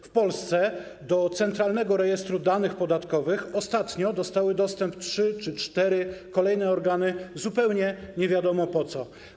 W Polsce do Centralnego Rejestru Danych Podatkowych ostatnio dostały dostęp trzy czy cztery kolejne organy, zupełnie nie wiadomo po co.